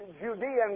Judean